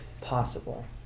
possible